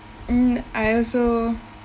mm I also